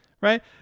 right